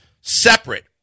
separate